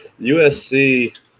usc